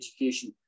education